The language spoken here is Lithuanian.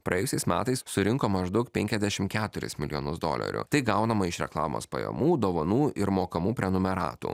praėjusiais metais surinko maždaug penkiasdešim keturis milijonus dolerių tai gaunama iš reklamos pajamų dovanų ir mokamų prenumeratų